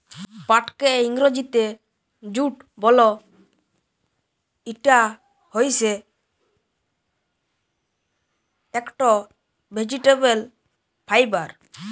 পাটকে ইংরজিতে জুট বল, ইটা হইসে একট ভেজিটেবল ফাইবার